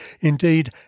Indeed